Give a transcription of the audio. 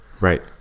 Right